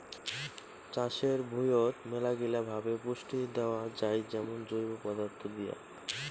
চাষের ভুঁইয়ত মেলাগিলা ভাবে পুষ্টি দেয়া যাই যেমন জৈব পদার্থ দিয়ে